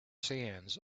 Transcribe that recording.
sands